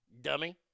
Dummy